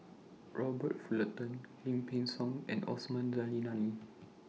Robert Fullerton Lim Peng Siang and Osman Zailani